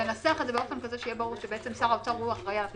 לנסח את זה כך שיהיה ברור ששר האוצר הוא האחראי על הפרסומים.